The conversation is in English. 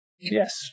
Yes